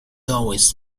always